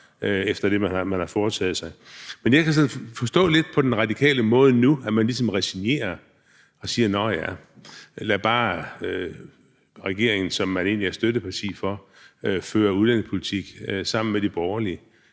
er det relevant at spørge: Hvad så? Men jeg kan forstå lidt på den radikale måde nu, at man ligesom resignerer og siger: Nå, ja, lad bare regeringen, som vi er støtteparti for, føre udlændingepolitik sammen med de borgerlige.